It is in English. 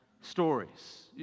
stories